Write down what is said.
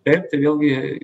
taip tai vėlgi